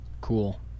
Cool